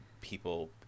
people